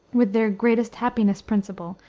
with their greatest happiness principle,